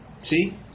See